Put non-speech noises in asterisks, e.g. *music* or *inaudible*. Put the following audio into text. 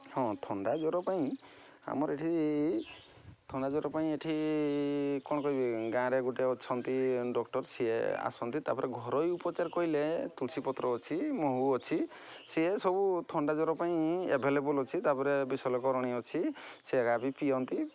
ହଁ ଥଣ୍ଡା ଜ୍ୱର ପାଇଁ ଆମର ଏଠି ଥଣ୍ଡା ଜ୍ୱର ପାଇଁ ଏଠି କ'ଣ କହିବି ଗାଁରେ ଗୋଟେ ଅଛନ୍ତି ଡକ୍ଟର୍ ସେ ଆସନ୍ତି ତା'ପରେ ଘରୋଇ ଉପଚାର କହିଲେ ତୁଳସୀ ପତ୍ର ଅଛି ମହୁ ଅଛି ସେ ସବୁ ଥଣ୍ଡା ଜ୍ୱର ପାଇଁ ଏଭେଲେବୁଲ୍ ଅଛି ତା'ପରେ ବିଶଲେ ବିଶଲ୍ୟାକରଣୀ ଅଛି ସେ *unintelligible* ବି ପିଅନ୍ତି